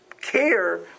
care